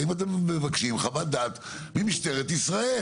האם אתם מבקשים חוות דעת ממשטרת ישראל?